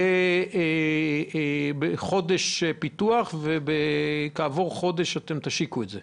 ואז יהיה חודש של פיתוח שבסופו אתם תשיקו את זה?